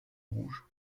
rouge